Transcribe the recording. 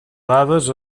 dades